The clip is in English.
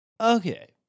Okay